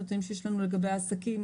מבחינת הנתונים שיש לנו לגבי העסקים.